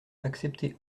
accepter